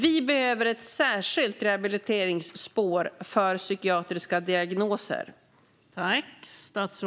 Vi behöver ett särskilt rehabiliteringsspår för psykiatriska diagnoser.